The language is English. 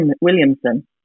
Williamson